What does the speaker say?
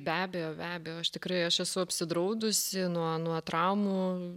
be abejo be abejo aš tikrai aš esu apsidraudusi nuo nuo traumų